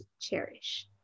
cherish